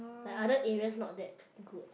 like other areas not that good